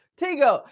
tego